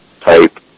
type